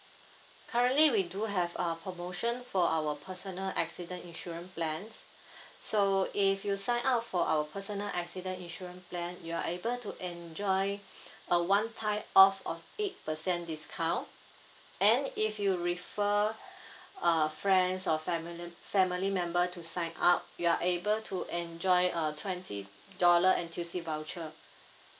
currently we do have uh promotion for our personal accident insurance plan so if you sign up for our personal accident insurance plan you are able to enjoy a one time off of eight percent discount and if you refer uh friends or family family member to sign up you are able to enjoy a twenty dollar N_T_U_C voucher